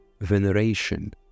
veneration